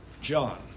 John